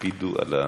הקפידו על הדקה.